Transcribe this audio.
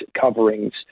coverings